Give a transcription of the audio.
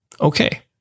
Okay